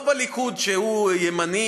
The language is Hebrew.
לא בליכוד שהוא ימני.